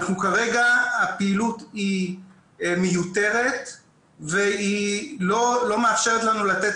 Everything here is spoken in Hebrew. כרגע הפעילות היא מיותרת והיא לא מאפשרת לנו לתת